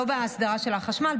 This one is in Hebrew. לא בהסדרה של החשמל,